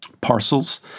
parcels